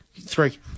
Three